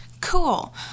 Cool